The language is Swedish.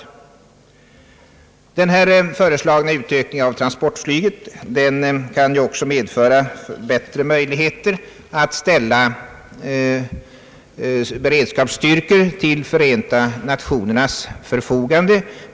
Den föreslagna utökningen av transportflyget kan också medföra bättre möjligheter att ställa beredskapsstyrkor till Förenta Nationernas förfogande.